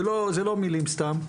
וזה לא מילים סתם,